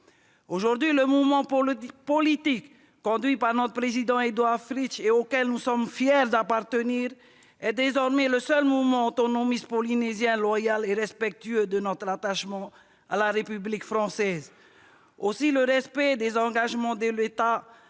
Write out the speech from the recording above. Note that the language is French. Aujourd'hui, le mouvement politique conduit par notre président Édouard Fritch et auquel nous sommes fiers d'appartenir est désormais le seul mouvement autonomiste polynésien, loyal et respectueux de notre attachement à la République française. Aussi, le respect des engagements de l'État